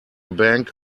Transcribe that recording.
bank